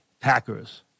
Packers